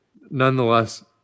nonetheless